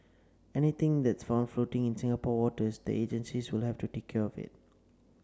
anything that's found floating in Singapore waters the agencies will have to take care of it